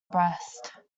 breast